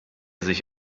sich